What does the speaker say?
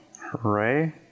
Hooray